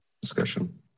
discussion